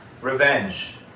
revenge